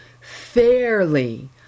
fairly